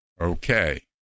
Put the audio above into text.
Okay